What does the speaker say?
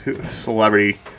Celebrity